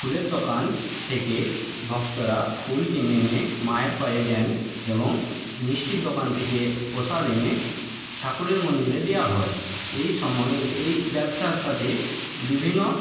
ফুলের দোকান থেকে ভক্তরা ফুল কিনে এনে মায়ের পায়ে দেন এবং মিষ্টির দোকান থেকে প্রসাদ এনে ঠাকুরের মন্দিরে দেওয়া হয় এই সময় এই ব্যবসার সাথে বিভিন্ন